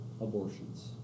abortions